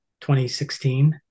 2016